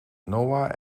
noa